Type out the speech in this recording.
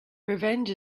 revenge